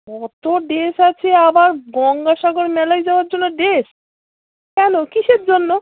কতো ড্রেস আছে আবার গঙ্গাসাগর মেলায় যাওয়ার জন্য ড্রেস কেন কীসের জন্য